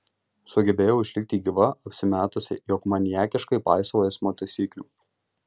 sugebėjau išlikti gyva apsimetusi jog maniakiškai paisau eismo taisyklių